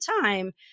time